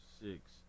six